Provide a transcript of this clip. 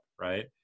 Right